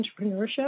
entrepreneurship